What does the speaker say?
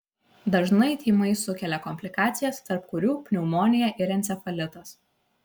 dažnai tymai sukelia komplikacijas tarp kurių pneumonija ir encefalitas